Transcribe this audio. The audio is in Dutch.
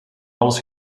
alles